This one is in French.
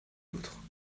l’autre